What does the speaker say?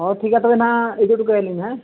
ᱦᱚᱸ ᱴᱷᱤᱠ ᱜᱮᱭᱟ ᱛᱚᱵᱮ ᱦᱟᱜ ᱤᱫᱤ ᱚᱴᱚ ᱠᱟᱭᱟᱞᱤᱧ ᱦᱮᱸ